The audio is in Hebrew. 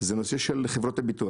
זה הנושא של חברות הביטוח.